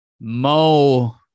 mo